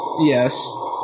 Yes